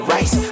Rice